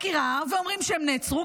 ואומרים שהם נעצרו,